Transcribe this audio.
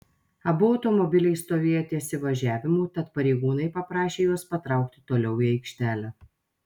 abu automobiliai stovėjo ties įvažiavimu tad pareigūnai paprašė juos patraukti toliau į aikštelę